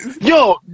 Yo